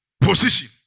Position